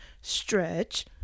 Stretch